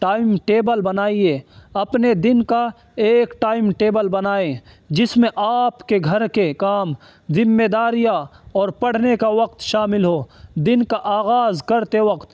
time table بنائیے اپنے دن کا ایک ٹائم ٹیبل بنائیں جس میں آپ کے گھر کے کام ذمے داریاں اور پڑھنے کا وقت شامل ہو دن کا آغاز کرتے وقت